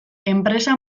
enpresa